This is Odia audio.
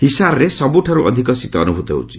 ହିସାରରେ ସବ୍ରଠାରୁ ଅଧିକ ଶୀତ ଅନ୍ଦଭୂତ ହେଉଛି